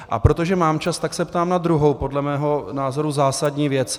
A protože mám čas, tak se ptám na druhou podle mého názoru zásadní věc.